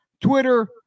Twitter